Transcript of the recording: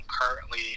currently